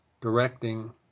directing